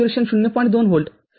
२ volt ०